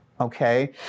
Okay